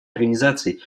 организаций